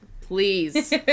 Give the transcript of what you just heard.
Please